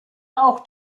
auch